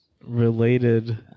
related